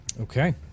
Okay